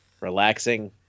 relaxing